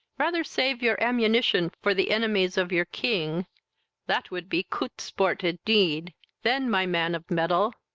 rather save your ammunition for the enemies of your king that would be coot sport indeed then, my man of mettle,